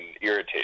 irritate